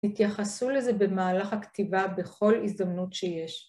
התייחסו לזה במהלך הכתיבה בכל הזדמנות שיש.